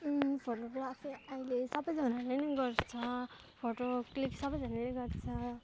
photography अहिले सबैजनाले नै गर्छ फोटो क्लिक सबैजानाले गर्छ